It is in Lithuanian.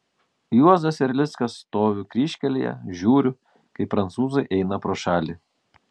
juozas erlickas stoviu kryžkelėje žiūriu kaip prancūzai eina pro šalį